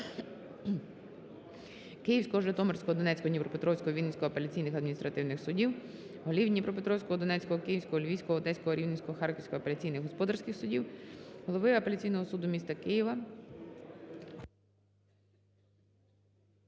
Київського, Житомирського, Донецького, Дніпропетровського, Вінницького апеляційних адміністративних судів; голів Дніпропетровського, Донецького, Київського, Львівського, Одеського, Рівненського, Харківського апеляційних господарських судів; голови Апеляційного суду міста Києва;